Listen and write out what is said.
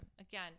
Again